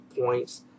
points